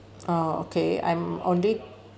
oh okay I'm on it